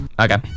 Okay